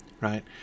right